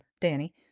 Danny